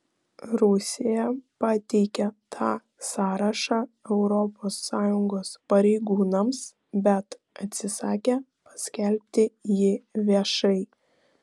rusija pateikė tą sąrašą europos sąjungos pareigūnams bet atsisakė paskelbti jį viešai